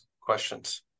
questions